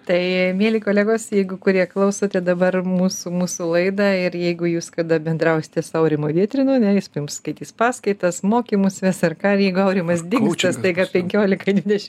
tai mieli kolegos jeigu kurie klausote dabar mūsų mūsų laidą ir jeigu jūs kada bendrausite sau aurimu vietrinu a ne jis jums skaitys paskaitas mokymus ves ar ką ir jeigu aurimas dings staiga penkiolikai dvidešim